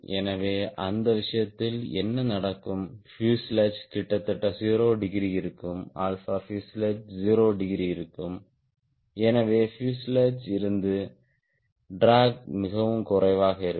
எனவே அந்த விஷயத்தில் என்ன நடக்கும் பியூசேலாஜ் கிட்டத்தட்ட 0 டிகிரி இருக்கும்fuselage 0 டிகிரி இருக்கும் எனவே பியூசேலாஜ் இருந்து ட்ராக் மிகவும் குறைவாக இருக்கும்